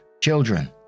Children